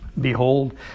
behold